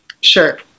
sure